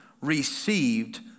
received